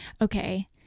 Okay